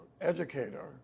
educator